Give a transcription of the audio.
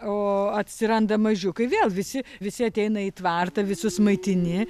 o atsiranda mažiukai vėl visi visi ateina į tvartą visus maitini